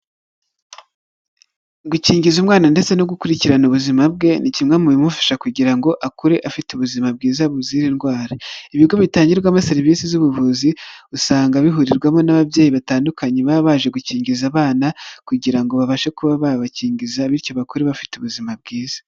Gukingiza umwana ndetse no gukurikirana ubuzima bwe, ni kimwe mu bimufasha kugira ngo akure afite ubuzima bwiza buzira indwara, ibigo bitangirwamo serivisi z'ubuvuzi, usanga bihurirwamo n'ababyeyi batandukanye, baba baje gukingiza abana kugira ngo babashe kuba babakingiza, bityo bakure bafite ubuzima bwiza.